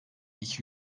iki